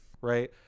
right